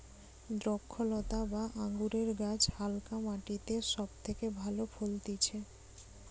দ্রক্ষলতা বা আঙুরের গাছ হালকা মাটিতে সব থেকে ভালো ফলতিছে